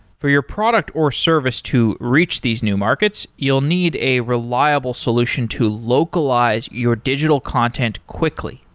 for your product or service to reach these new markets, you'll need a reliable solution to localize your digital content quickly.